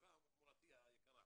סליחה מורתי היקרה.